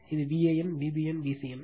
இது Van Vbn Vcn